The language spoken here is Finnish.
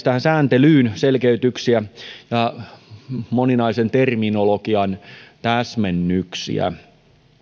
tähän sääntelyyn selkeytyksiä ja moninaisen terminologian täsmennyksiä